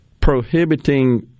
prohibiting